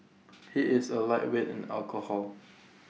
he is A lightweight in alcohol